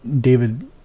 David